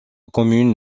commune